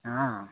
हाँ